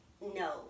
no